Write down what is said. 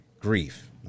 grief